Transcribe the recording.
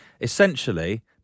Essentially